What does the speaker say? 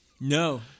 No